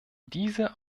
diese